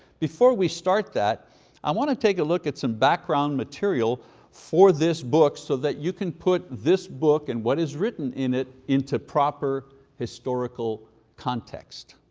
before we start that i want to take a look at some background material for this book, so that you can put this book and what is written in it into proper historical context.